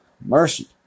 mercy